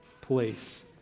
place